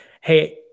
hey